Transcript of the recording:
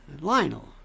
Lionel